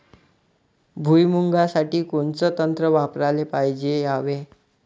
भुइमुगा साठी कोनचं तंत्र वापराले पायजे यावे?